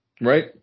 Right